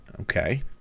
Okay